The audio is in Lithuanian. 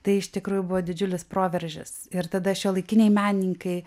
tai iš tikrųjų buvo didžiulis proveržis ir tada šiuolaikiniai menininkai